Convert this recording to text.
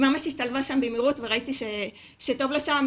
ממש השתלבה שם במהירות וראיתי שטוב לה שם.